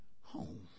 home